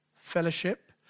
fellowship